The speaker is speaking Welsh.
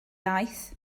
aeth